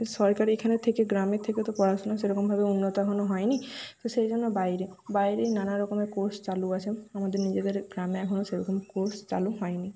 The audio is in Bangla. সরকারি এখানে থেকে গ্রামে থেকেও তো পড়াশোনা সেরকমভাবে উন্নত এখনো হয়নি তো সেই জন্যে বাইরে বাইরে নানা রকমের কোর্স চালু আছে আমাদের নিজেদের গ্রামে এখনো সেরকম কোর্স চালু হয়নি